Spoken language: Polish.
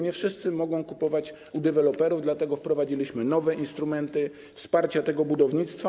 Nie wszyscy mogą kupować u deweloperów, dlatego wprowadziliśmy nowe instrumenty wsparcia budownictwa.